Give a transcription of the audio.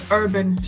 urban